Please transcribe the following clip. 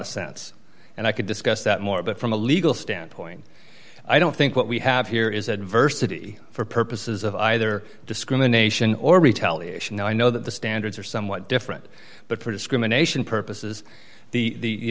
of sense and i could discuss that more but from a legal standpoint i don't think what we have here is adversity for purposes of either discrimination or retaliation i know that the standards are somewhat different but for discrimination purposes the